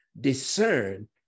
discern